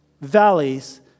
valleys